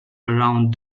around